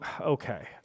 okay